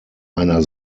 einer